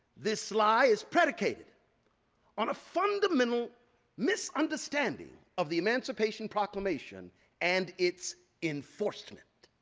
this lie is predicated on a fundamental misunderstanding of the emancipation proclamation and its enforcement.